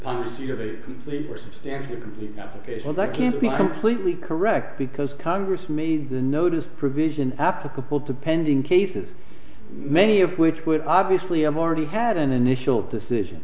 policy of a labor substantially complete application of that can't be completely correct because congress made the notice provision applicable to pending cases many of which would obviously have already had an initial decision